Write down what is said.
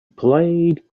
played